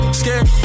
scared